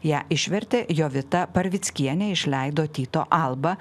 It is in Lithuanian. ją išvertė jovita parvickienė išleido tyto alba